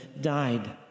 died